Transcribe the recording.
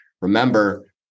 Remember